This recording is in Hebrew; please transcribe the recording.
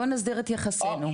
בוא נסדיר את יחסינו,